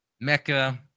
Mecca